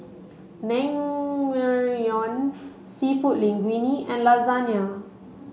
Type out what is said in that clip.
Seafood Linguine and Lasagna